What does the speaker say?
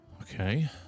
Okay